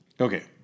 Okay